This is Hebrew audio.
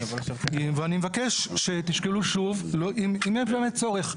ואני מבקש שתשקלו שוב אם יש באמת צורך.